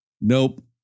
Nope